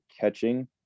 catching